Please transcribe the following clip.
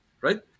right